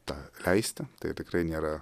tą leisti tai tikrai nėra